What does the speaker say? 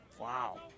Wow